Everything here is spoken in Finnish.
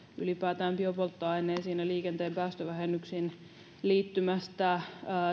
ylipäätään biopolttoaineisiin ja liikenteen päästövähennyksiin liittyvästä